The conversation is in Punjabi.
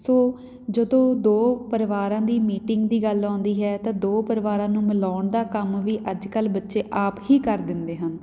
ਸੋ ਜਦੋਂ ਦੋ ਪਰਿਵਾਰਾਂ ਦੀ ਮੀਟਿੰਗ ਦੀ ਗੱਲ ਆਉਂਦੀ ਹੈ ਤਾਂ ਦੋ ਪਰਿਵਾਰਾਂ ਨੂੰ ਮਿਲਾਉਣ ਦਾ ਕੰਮ ਵੀ ਅੱਜ ਕੱਲ੍ਹ ਬੱਚੇ ਆਪ ਹੀ ਕਰ ਦਿੰਦੇ ਹਨ